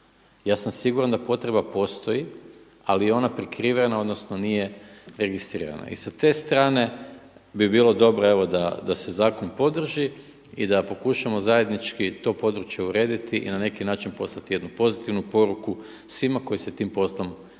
Ja sam siguran da potreba postoji, ali je ona prikrivena, odnosno nije registrirana. I sa te strane bi bilo dobro evo da se zakon podrži i da pokušamo zajednički to područje urediti i na neki način poslati jednu pozitivnu poruku svima koji se tim poslom